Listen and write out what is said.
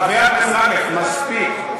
חבר הכנסת מקלב, מספיק.